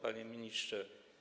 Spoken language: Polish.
Panie Ministrze!